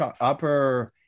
upper